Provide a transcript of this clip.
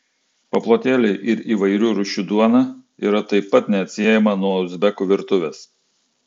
paplotėliai ir įvairių rūšių duona yra taip pat neatsiejama nuo uzbekų virtuvės